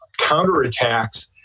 counterattacks